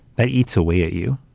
that eats away at you,